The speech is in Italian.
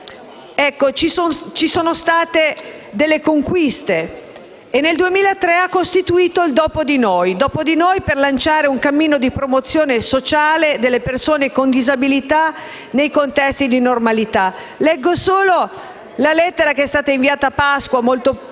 ci sono state delle conquiste; nel 2003 ha costituito il "dopo di noi" per lanciare un cammino di promozione sociale delle persone con disabilità nei contesti di normalità. Leggo solo la lettera che è stata inviata a Pasqua, molto prima